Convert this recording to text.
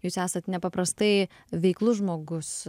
jūs esat nepaprastai veiklus žmogus